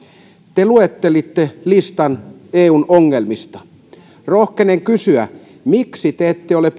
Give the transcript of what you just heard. te luettelitte listan eun ongelmista rohkenen kysyä miksi te ette ole